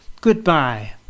Goodbye